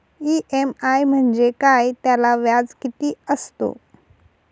EMI म्हणजे काय? त्याला व्याज किती असतो?